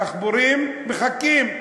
הדחפורים מחכים.